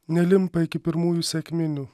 nelimpa iki pirmųjų sekminių